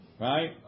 right